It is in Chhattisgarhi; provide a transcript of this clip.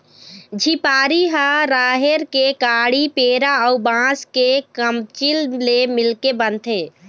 झिपारी ह राहेर के काड़ी, पेरा अउ बांस के कमचील ले मिलके बनथे